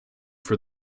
for